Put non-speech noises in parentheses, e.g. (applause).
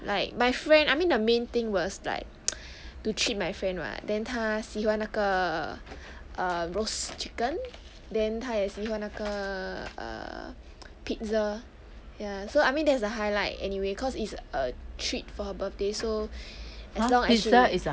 like my friend I mean the main thing was like (noise) to treat my friend [what] then 她喜欢那个 err roast chicken then 她也喜欢那个 err pizza ya so I mean there's a highlight anyway cause it's a treat for her birthday so as long as there is a highlight as long she